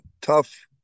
tough